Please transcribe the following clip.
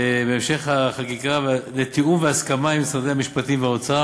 לתיאום והסכמה עם משרדי המשפטים והאוצר.